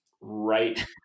right